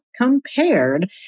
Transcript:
compared